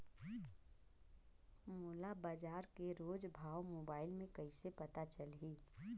मोला बजार के रोज भाव मोबाइल मे कइसे पता चलही?